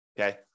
Okay